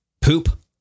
poop